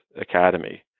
academy